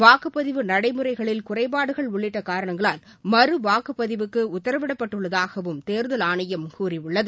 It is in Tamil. வாக்கு பதிவு நடைமுறைகளில் குறைபாடுகள் உள்ளிட்ட காரணங்களால் மறு வாக்குப் பதிவுக்கு உத்தரவிடப்பட்டுள்ளதாகவும் தேர்தல் ஆணையம் கூறியுள்ளது